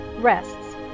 rests